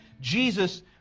Jesus